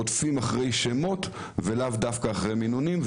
הם רודפים אחרי שמות, ולאו דווקא אחרי מינונים.